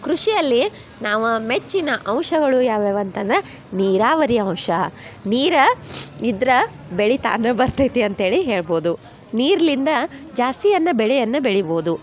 ಕೃಷಿಯಲ್ಲಿ ನಮ್ಮ ಮೆಚ್ಚಿನ ಅಂಶಗಳು ಯಾವ ಯಾವ ಅಂತಂದ್ರ ನೀರಾವರಿ ಅಂಶ ನೀರು ಇದ್ರ ಬೆಳಿತ ಅಂದ್ರೆ ಬರ್ತೈತಿ ಅಂತ್ಹೇಳಿ ಹೇಳ್ಬೋದು ನಿರ್ಲಿಂದ ಜಾಸ್ತಿ ಅನ್ನ ಬೆಳೆಯನ್ನ ಬೆಳಿಬೋದು